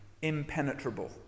impenetrable